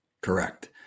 Correct